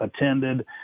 attended